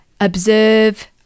observe